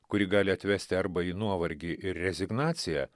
kuri gali atvesti arba į nuovargį ir rezignaciją